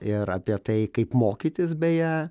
ir apie tai kaip mokytis beje